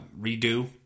Redo